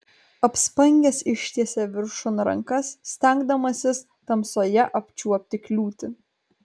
apspangęs ištiesė viršun rankas stengdamasis tamsoje apčiuopti kliūtį